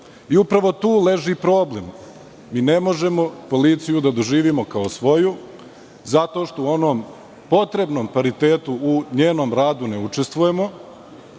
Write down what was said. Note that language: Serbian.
I upravo tu leži problem. Mi ne možemo policiju da doživimo kao svoju zato što u onom potrebnom paritetu u njenom radu ne učestvujemo,